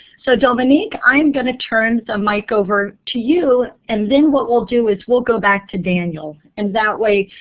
so dominique, i'm going to turn the mic over to you, and then what we'll do is we'll go back to daniel. and that way,